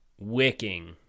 wicking